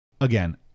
again